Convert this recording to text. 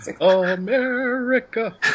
America